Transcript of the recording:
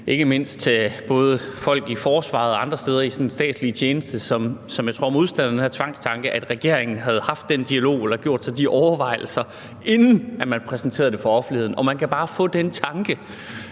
ikke mindst folk i forsvaret og andre steder i statslige tjenester, som jeg tror er modstandere af den her tvangstanke, at regeringen havde haft den dialog eller gjort sig de overvejelser, inden man præsenterede det for offentligheden. Man kan bare få den tanke,